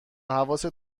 حواست